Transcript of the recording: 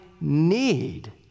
need